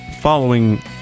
following